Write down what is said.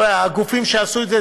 אבל הגופים שעשו את זה,